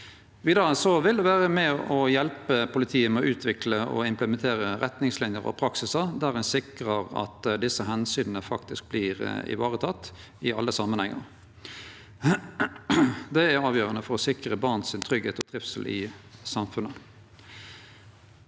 Vidare vil det vere med og hjelpe politiet med å utvikle og implementere retningslinjer og praksis der ein sikrar at dette omsynet faktisk vert ivareteke i alle samanhengar. Det er avgjerande for å sikre barna tryggleik og trivsel i samfunnet.